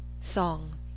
Song